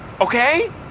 okay